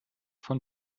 von